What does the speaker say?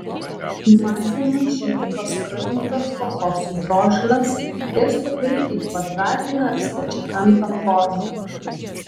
į masę įmaišyti paskrudintas kokosų drožles ir supilti į kvadratinę ar stačiakampę formą